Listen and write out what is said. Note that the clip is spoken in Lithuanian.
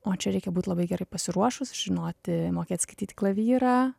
o čia reikia būt labai gerai pasiruošus žinoti mokėt skaityt klavyrą